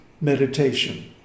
meditation